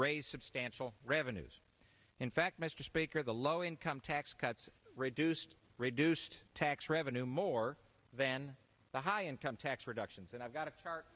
raise substantial revenues in fact mr speaker the low income tax cuts reduced reduced tax revenue more than the high income tax reductions and i've got a char